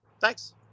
Thanks